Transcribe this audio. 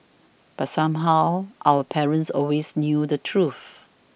but somehow our parents always knew the truth